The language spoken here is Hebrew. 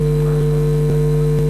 נגמרה מכסת הנשיקות.